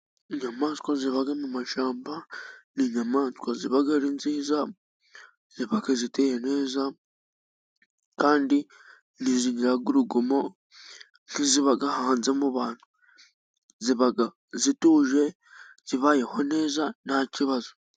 Inyamaswa ziba mu mashyamba ni inyamaswa ziba ari nziza zibaka ziteye neza kandi ntizigiraya urugomo nk'iziba hanze mu bantu, ziba zituje zibayeho neza nta kibazo